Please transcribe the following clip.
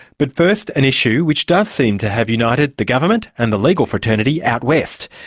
but first, an issue which does seem to have united the government and the legal fraternity out west.